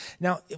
Now